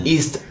East